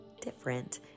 different